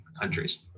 countries